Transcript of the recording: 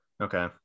Okay